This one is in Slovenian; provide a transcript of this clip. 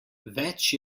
več